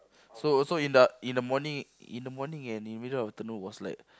so so in the in the morning in the morning and in the middle of the afternoon was like